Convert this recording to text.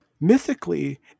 Mythically